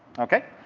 okay.